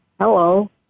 Hello